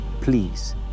Please